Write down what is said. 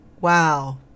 Wow